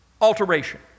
Alteration